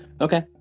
Okay